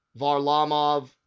Varlamov